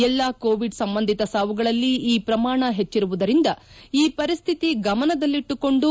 ಎಲ್ಲಾ ಕೋವಿಡ್ ಸಂಬಂಧಿತ ಸಾವುಗಳಲ್ಲಿ ಈ ಶ್ರಮಾಣ ಹೆಚ್ಚಿರುವುದರಿಂದ ಈ ಪರಿಸ್ತಿತಿ ಗಮನದಲ್ಲಿಟ್ಲುಕೊಂಡು